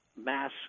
mass